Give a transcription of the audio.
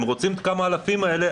הם רוצים את כמה האלפים האלה,